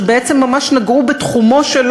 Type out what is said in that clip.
שבעצם ממש נגעו בתחומו-שלו,